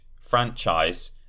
franchise